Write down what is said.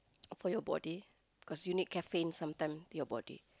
for your body cause you need caffeine sometime your body